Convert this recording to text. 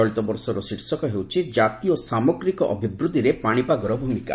ଚଳିତବର୍ଷର ଶୀର୍ଷକ ହେଉଛି କାତୀୟ ସାମଗ୍ରିକ ଅଭିବୃଦ୍ଧିରେ ପାଣିପାଗର ଭୂମିକା